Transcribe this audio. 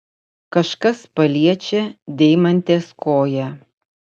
kažkas paliečia deimantės koją